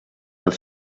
els